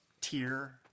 tier